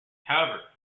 however